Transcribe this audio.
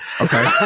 Okay